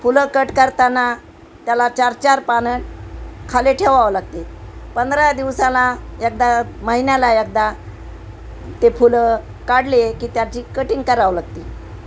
फुलं कट करताना त्याला चार चार पानं खाली ठेवावं लागते पंधरा दिवसाला एकदा महिन्याला एकदा ते फुलं काढले की त्याची कटिंग करावं लागते